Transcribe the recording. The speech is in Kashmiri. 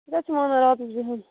یہِ کتہِ چھِ مانان راتَس بِہُن